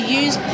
use